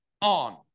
on